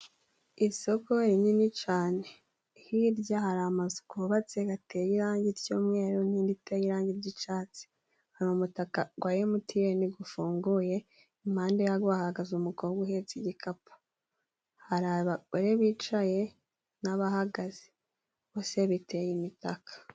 Isoko rinini cyane hirya hari amazu yubatse ateye irangi ry'umweru, n'indi iteye irangi ry'icyatsi. Hari umutaka wa MTN ufunguye, impande yawo hahagaze umugabo uhetse igikapu. Hari abagore bicaye n'abahagaze bose biteye imitaka.